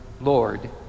Lord